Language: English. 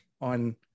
on